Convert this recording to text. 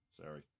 sorry